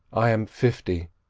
i am fifty,